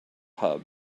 hub